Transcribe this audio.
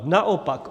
Naopak.